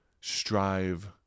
strive